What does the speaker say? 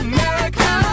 America